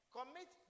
Commit